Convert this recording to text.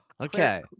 Okay